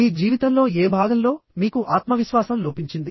మీ జీవితంలో ఏ భాగంలో మీకు ఆత్మవిశ్వాసం లోపించింది